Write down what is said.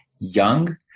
young